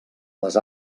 les